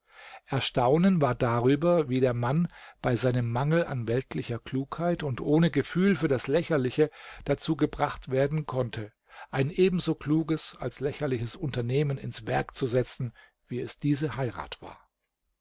erstaunen war darüber wie der mann bei seinem mangel an weltlicher klugheit und ohne gefühl für das lächerliche dazu gebracht werden konnte ein ebenso kluges als lächerliches unternehmen ins werk zu setzen wie es diese heirat war